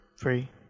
three